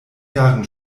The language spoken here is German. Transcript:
jahren